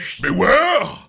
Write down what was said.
Beware